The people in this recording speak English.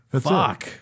Fuck